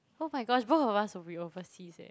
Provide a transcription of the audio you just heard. oh my gosh both of us will be overseas eh